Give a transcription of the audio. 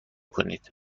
کنید